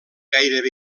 gairebé